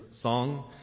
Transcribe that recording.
song